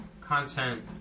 content